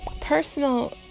personal